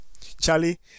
Charlie